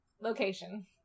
location